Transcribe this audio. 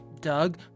Doug